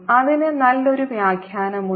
അതിന് നല്ലൊരു വ്യാഖ്യാനമുണ്ട്